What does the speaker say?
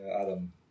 Adam